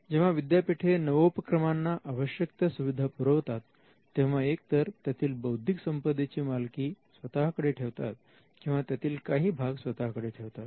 जेव्हा विद्यापीठे नवोपक्रमांना आवश्यक त्या सुविधा पुरवितात तेव्हा एकतर त्यातील बौद्धिक संपदेची मालकी स्वतःकडे ठेवतात किंवा त्यातील काही भाग स्वतःकडे ठेवतात